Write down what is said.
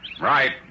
Right